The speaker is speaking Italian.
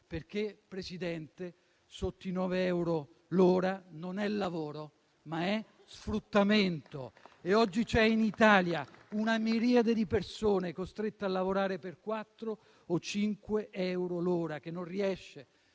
Perché sotto i 9 euro l'ora non è lavoro, ma è sfruttamento. Oggi c'è in Italia una miriade di persone costretta a lavorare per 4 o 5 euro l'ora, che non riesce,